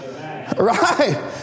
Right